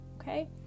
okay